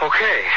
Okay